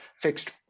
fixed